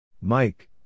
Mike